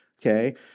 Okay